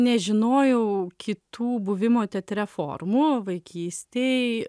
nežinojau kitų buvimo teatre formų vaikystėj